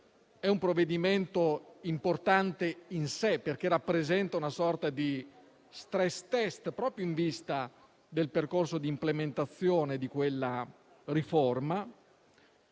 È un provvedimento importante in sé perché rappresenta una sorta di *stress test* proprio in vista del percorso di implementazione di quella riforma,